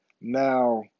Now